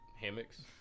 hammocks